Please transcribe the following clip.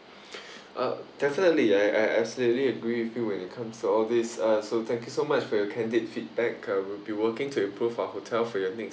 uh definitely I I I absolutely agree with you when it comes to all this uh so thank you so much for your candid feedback uh we'll be working to improve our hotel for your next